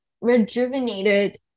rejuvenated